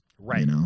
Right